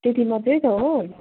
त्यति मात्रै त हो